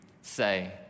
say